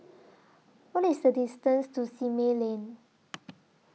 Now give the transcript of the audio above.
What IS The distance to Simei Lane